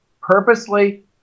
purposely